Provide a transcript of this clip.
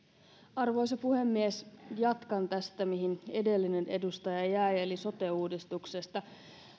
arvoisa puhemies jatkan tästä mihin edellinen edustaja jäi eli sote uudistuksesta